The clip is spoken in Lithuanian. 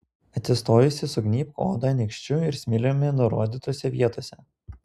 atsistojusi sugnybk odą nykščiu ir smiliumi nurodytose vietose